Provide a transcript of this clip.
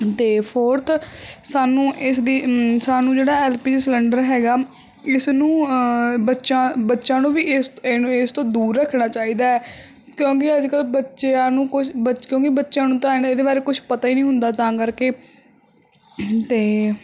ਤੇ ਫੋਰਥ ਸਾਨੂੰ ਇਸਦੀ ਸਾਨੂੰ ਜਿਹੜਾ ਐਲ ਪੀ ਜੀ ਸਿਲੰਡਰ ਹੈਗਾ ਇਸਨੂੰ ਬੱਚਾ ਬੱਚਿਆਂ ਨੂੰ ਵੀ ਇਸ ਇਹਨੂੰ ਇਸ ਤੋਂ ਦੂਰ ਰੱਖਣਾ ਚਾਹੀਦਾ ਹੈ ਕਿਉਂਕਿ ਅੱਜ ਕੱਲ ਬੱਚਿਆਂ ਨੂੰ ਕੁਝ ਬੱ ਕਿਉਂਕਿ ਬੱਚਿਆਂ ਨੂੰ ਤਾਂ ਹਨਾ ਇਹਦੇ ਬਾਰੇ ਕੁਝ ਪਤਾ ਹੀ ਨਹੀਂ ਹੁੰਦਾ ਤਾਂ ਕਰਕੇ ਤੇ